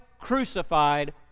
crucified